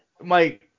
Mike